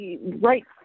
right